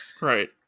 Right